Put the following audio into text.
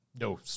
no